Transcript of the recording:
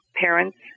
parents